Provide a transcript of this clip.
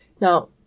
Now